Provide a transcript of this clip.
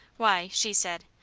why! she said,